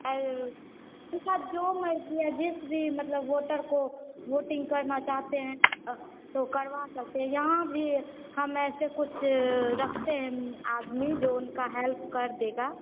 आए ठीक है आपका जो मर्जी है जिस भी मतलब वोटर को वोटिंग करना चाहते हैं तो करवा सकते हैं यहाँ भी हम ऐसे कुछ रखते हैं आदमी जो उनका हेल्प कर देगा